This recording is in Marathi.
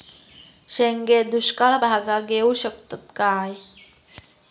शेंगे दुष्काळ भागाक येऊ शकतत काय?